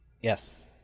Yes